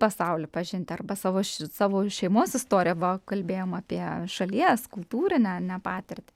pasaulį pažinti arba savo šis savo šeimos istoriją buvo kalbėjom apie šalies kultūrinę ar ne patirtį